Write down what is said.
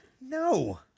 No